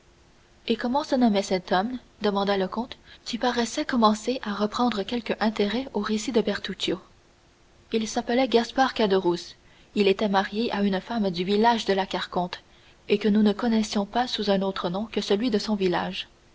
et comment se nommait cet homme demanda le comte qui paraissait commencer à reprendre quelque intérêt au récit de bertuccio il s'appelait gaspard caderousse il était marié à une femme du village de la carconte et que nous ne connaissions pas sous un autre nom que celui de son village